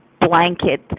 blanket